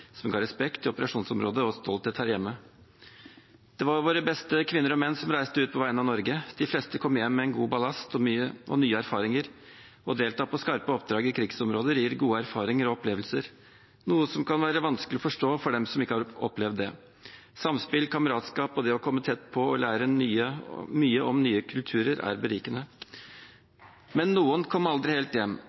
som ga respekt i operasjonsområdet og stolthet her hjemme. Det var våre beste kvinner og menn som reiste ut på vegne av Norge. De fleste kom hjem med en god ballast og nye erfaringer. Å delta i skarpe oppdrag i krigsområder gir gode erfaringer og opplevelser, noe som kan være vanskelig å forstå for den som ikke har opplevd det. Samspill, kameratskap og det å komme tett på og lære mye om nye kulturer er berikende. Men noen kom aldri helt hjem.